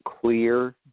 clear